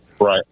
right